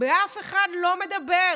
ואף אחד לא מדבר?